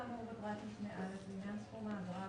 האמור בפרט משנה (א) לעניין סכום האגרה,